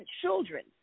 children